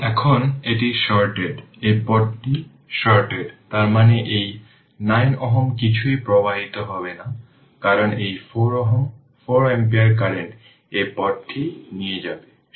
এখন এটি শর্টেড এই পথটি শর্টেড তার মানে এই 9 Ω কিছুই প্রবাহিত হবে না কারণ এই 4 Ω 4 অ্যাম্পিয়ার কারেন্ট এই পথটি নিয়ে যাবে